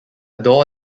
door